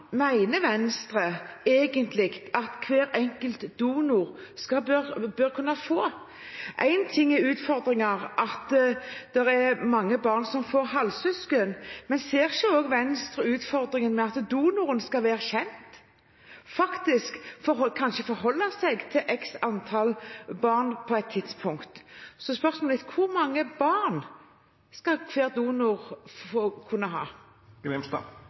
mener Venstre egentlig at hver enkelt donor bør kunne få? Én ting er utfordringen at det er mange barn som får halvsøsken, men ser ikke Venstre også utfordringen med at donoren skal være kjent, at han kanskje skal forholde seg til x antall barn på et tidspunkt? Spørsmålet mitt er: Hvor mange barn skal hver donor kunne ha?